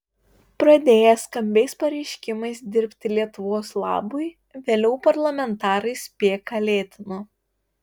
pradėję skambiais pareiškimais dirbti lietuvos labui vėliau parlamentarai spėką lėtino